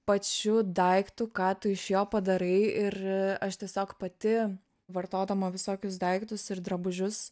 pačiu daiktu ką tu iš jo padarai ir aš tiesiog pati vartodama visokius daiktus ir drabužius